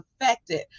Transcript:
affected